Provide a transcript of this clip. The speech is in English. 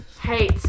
hate